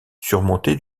surmonté